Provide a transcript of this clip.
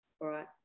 right